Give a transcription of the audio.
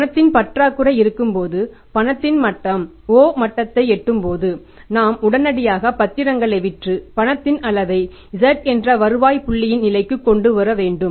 பணத்தின் பற்றாக்குறை இருக்கும்போது பணத்தின் மட்டம் o மட்டத்தை எட்டும்போது நாம் உடனடியாக பத்திரங்களை விற்று பணத்தின் அளவை z என்ற வருவாய் புள்ளியின் நிலைக்கு கொண்டு வர வேண்டும்